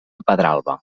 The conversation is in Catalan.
pedralba